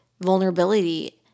vulnerability